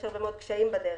יש הרבה מאוד קשיים בדרך.